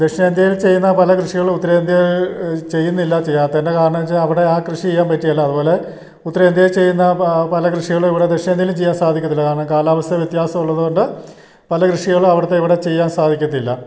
ദക്ഷിണേന്ത്യയിൽ ചെയ്യുന്ന പല കൃഷികളും ഉത്തരേന്ത്യയിൽ ചെയ്യുന്നില്ല ചെയ്യാത്തതിൻ്റെ കാരണം എന്നു വെച്ചാൽ അവിടെ ആ കൃഷി ചെയ്യാൻ പറ്റുകയില്ല അതുപോലെ ഉത്തരേന്ത്യയിൽ ചെയ്യുന്ന പല കൃഷികളും ഇവിടെ ദക്ഷിണേന്ത്യയിലും ചെയ്യാൻ സാധിക്കത്തില്ല കാരണം കാലാവസ്ഥയിൽ വ്യത്യാസം ഉള്ളതുകൊണ്ട് പല കൃഷികളും അവിടുത്തെ ഇവിടെ ചെയ്യാൻ സാധിക്കത്തില്ല